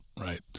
right